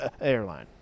airline